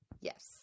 yes